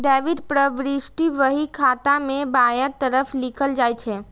debit प्रवृष्टि बही खाता मे बायां तरफ लिखल जाइ छै